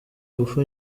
ingufu